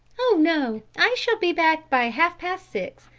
oh, no! i shall be back by half-past six,